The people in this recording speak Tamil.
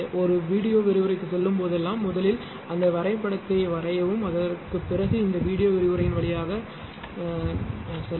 ஒரு வீடியோ விரிவுரைக்குச் செல்லும் போதெல்லாம் முதலில் அந்த வரைபடத்தை வரையவும் அதற்குப் பிறகு இந்த வீடியோ விரிவுரையின் வழியாகச் செல்லவும்